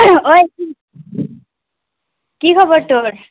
অই কি খবৰ তোৰ